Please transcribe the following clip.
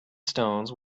stones